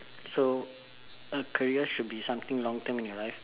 so a career should be something long term in your life